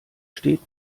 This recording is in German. steht